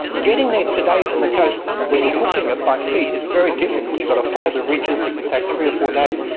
getting there today from the coast when you're hoofing it by feet is very difficult, you've got to follow the ridges, it can take three or four days.